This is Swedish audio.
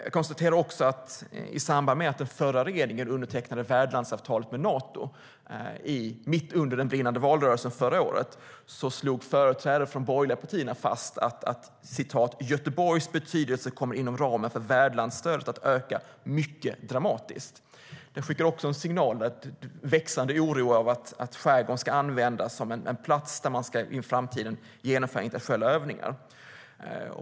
Jag konstaterar att borgerliga företrädare, när den förra regeringen mitt under den brinnande valrörelsen förra året undertecknade värdlandsavtalet med Nato, slog fast att Göteborgs betydelse inom ramen för värdlandsstödet kommer att öka mycket dramatiskt. De skickade en signal om en växande oro över att skärgården ska användas som en plats där man i framtiden ska genomföra internationella övningar.